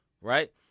right